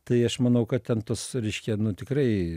tai aš manau kad ten tos reiškia nu tikrai